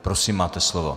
Prosím, máte slovo.